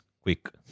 quick